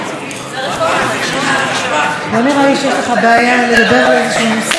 לא נראה לי שיש לך בעיה לדבר על איזשהו נושא.